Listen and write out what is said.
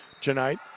tonight